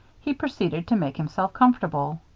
he proceeded to make himself comfortable.